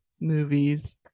movies